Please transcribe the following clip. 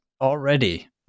already